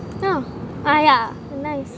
oh ah yeah nice